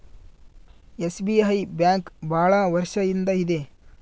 SBI bank ಭಾಳ ವರ್ಷ ಇಂದ ಇದೆ